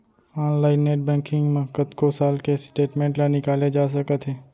online net banking म कतको साल के स्टेटमेंट ल निकाले जा सकत हे